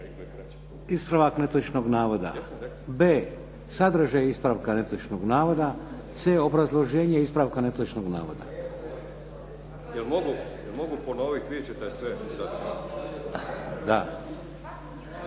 ispravak netočnog navoda, b) sadržaj ispravka netočnog navoda, c) obrazloženje ispravka netočnog navoda. … /Upadica: Jel'